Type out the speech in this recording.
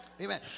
Amen